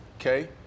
okay